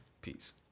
peace